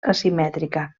asimètrica